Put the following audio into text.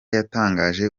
yatangaje